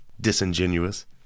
disingenuous